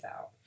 out